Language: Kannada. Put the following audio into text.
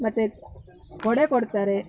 ಮತ್ತೆ ಕೊಡೆ ಕೊಡ್ತಾರೆ